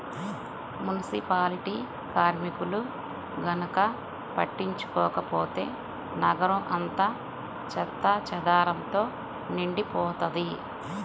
municipality కార్మికులు గనక పట్టించుకోకపోతే నగరం అంతా చెత్తాచెదారంతో నిండిపోతది